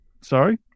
Sorry